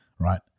right